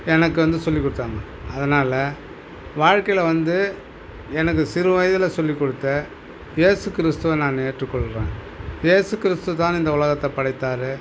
எனக்கு வந்து சொல்லிக் கொடுத்தாங்க அதனால வாழ்க்கையில் வந்து எனக்கு சிறுவயதில் சொல்லிக் குடுத்த ஏசு கிறிஸ்துவ நான் ஏற்றுக்கொள்கிறேன் இயேசு கிறிஸ்து தான் இந்த உலகத்தை படைத்தார்